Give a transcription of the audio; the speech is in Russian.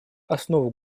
основу